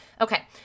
Okay